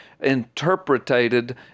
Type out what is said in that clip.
interpreted